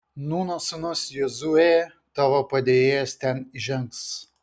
nūno sūnus jozuė tavo padėjėjas ten įžengs